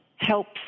helps